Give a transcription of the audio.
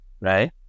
right